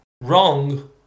wrong